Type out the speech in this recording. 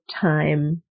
time